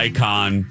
Icon